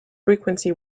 frequency